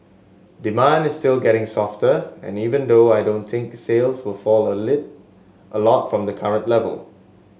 demand is still getting softer and even though I don't think sales will fall a a lot from the current level